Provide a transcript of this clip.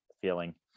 feeling